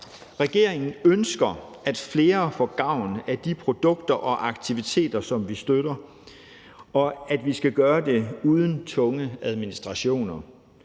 Regeringen ønsker, at flere får gavn af de produkter og aktiviteter, som vi støtter, og at vi skal gøre det uden tunge administrationer